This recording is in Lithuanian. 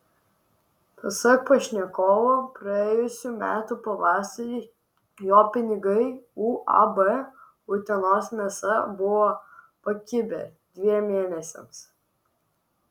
pasak pašnekovo praėjusių metų pavasarį jo pinigai uab utenos mėsa buvo pakibę dviem mėnesiams